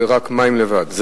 זה רק מים לבד.